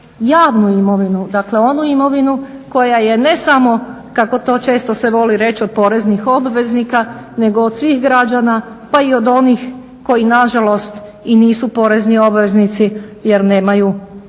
javnu imovinu, dakle onu imovinu koja je ne samo kako se to često voli reći od poreznih obveznika nego od svih građana pa i od onih koji nažalost i nisu porezni obveznici jer nemaju prihoda,